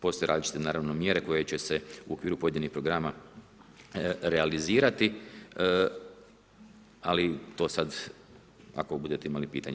Postoje različite naravno mjere koje će se u okviru pojedinih programa realizirati, ali to sad ako budete imali pitanja.